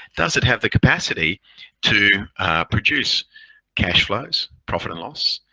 does it have the capacity to produce cashflows, profit and loss,